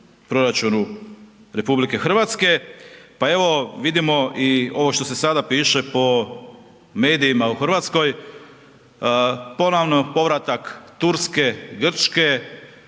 RH. Pa evo vidimo i ovo što se sada piše po medijima u Hrvatskoj, ponovno povratak Turske, Grčke,